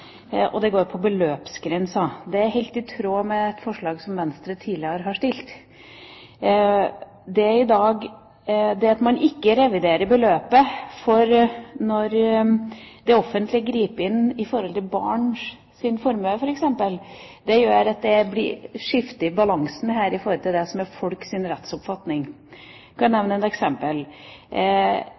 og det går på beløpsgrensa. Det er helt i tråd med et forslag som Venstre tidligere har stilt. Det at man ikke reviderer beløpsgrensa for når det offentlige griper inn i forhold til barns formue f.eks., gjør at det blir skifte i balansen her i forhold til det som er folks rettsoppfatning. Jeg kan nevne et eksempel